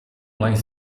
langs